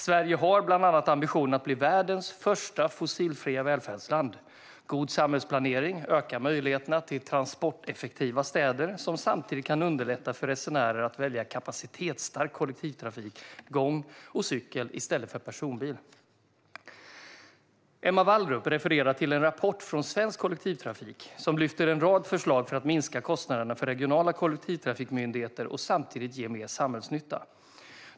Sverige har bland annat ambitionen att bli världens första fossilfria välfärdsland. God samhällsplanering ökar möjligheterna till transporteffektiva städer som samtidigt kan underlätta för resenärer att välja kapacitetsstark kollektivtrafik, gång och cykel i stället för personbil. Emma Wallrup refererar till en rapport från Svensk Kollektivtrafik som lyfter fram en rad förslag för att minska kostnaderna för regionala kollektivtrafikmyndigheter och samtidigt ge mer samhällsnytta.